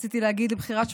רציתי להגיד לבחירת שופטים,